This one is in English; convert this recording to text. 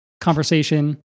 conversation